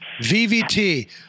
VVT